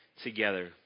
together